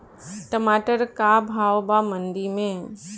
टमाटर का भाव बा मंडी मे?